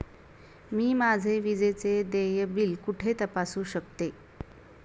मी माझे विजेचे देय बिल कुठे तपासू शकते?